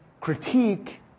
critique